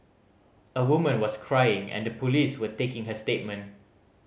a woman was crying and the police were taking her statement